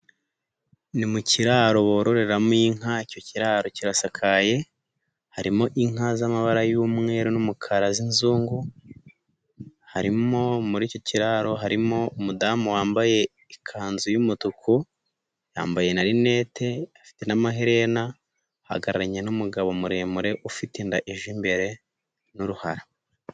Ni mu kiraro bororeramo inka icyo kiraro kirasakaye, harimo inka z'amabara y'umweru n'umukara z'inzungu, harimo muri icyo kiraro harimo umudamu wambaye ikanzu y'umutuku, yambaye na rinete afite n'amaherena, ahagararanye n'umugabo muremure ufite inda ije imbere n'uruhara.